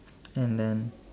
and then